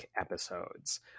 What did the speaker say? episodes